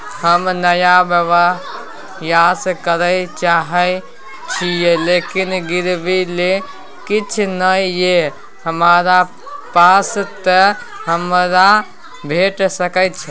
हम नया व्यवसाय करै चाहे छिये लेकिन गिरवी ले किछ नय ये हमरा पास त हमरा भेट सकै छै?